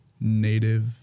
native